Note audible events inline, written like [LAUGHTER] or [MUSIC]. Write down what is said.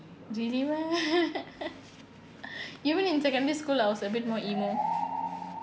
really meh [LAUGHS] even in secondary school I was a bit more emo